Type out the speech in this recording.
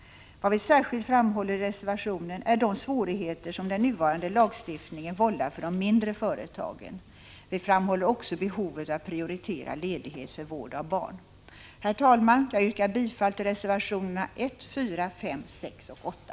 Vad vi särskilt framhåller i reservationen är de svårigheter som den nuvarande lagstiftningen vållar för de mindre företagen. Vi framhåller också behovet av att prioritera ledighet för vård av barn. Herr talman! Jag yrkar bifall till reservationerna 1, 4, 5, 6 och 8.